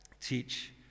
teach